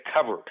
covered